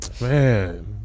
man